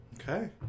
Okay